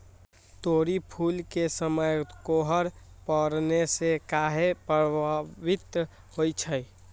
तोरी फुल के समय कोहर पड़ने से काहे पभवित होई छई?